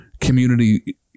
community